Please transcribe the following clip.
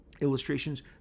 Illustrations